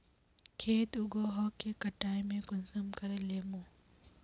खेत उगोहो के कटाई में कुंसम करे लेमु?